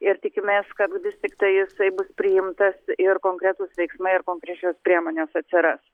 ir tikimės kad vis tiktai jisai bus priimtas ir konkretūs veiksmai ir konkrečios priemonės atsiras